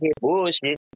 bullshit